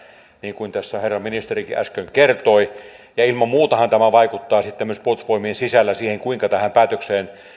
niin kuin tässä herra ministerikin äsken kertoi ilman muutahan tämä vaikuttaa sitten myös puolustusvoimien sisällä siihen kuinka tähän päätökseen